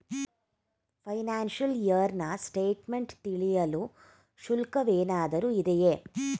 Financial year ನ statement ತಿಳಿಯಲು ಶುಲ್ಕವೇನಾದರೂ ಇದೆಯೇ?